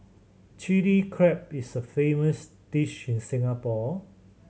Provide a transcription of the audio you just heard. Chilli Crab is a famous dish in Singapore